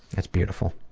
that's beautiful.